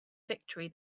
victory